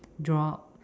jobs